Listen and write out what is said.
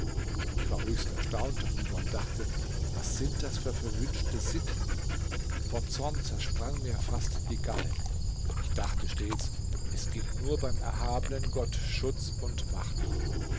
ich war höchst erstaunt darüber und dachte was sind das für verwünschte sitten vor zorn zersprang mir fast die galle ich dachte stets es gibt nur beim erhabenen gott schutz und macht